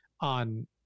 on